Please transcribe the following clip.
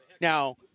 Now –